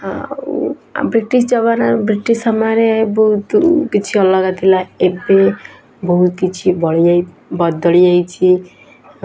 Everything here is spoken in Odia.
ଆଉ ଆମ ବ୍ରିଟିଶ୍ ଜମାନା ବ୍ରିଟିଶ୍ ସମୟରେ ବହୁତ କିଛି ଅଲଗା ଥିଲା ଏବେ ବହୁତ କିଛି ବଳି ଯାଇ ବଦଳି ଯାଇଛି